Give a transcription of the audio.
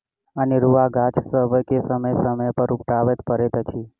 अनेरूआ गाछ सभके समय समय पर उपटाबय पड़ैत छै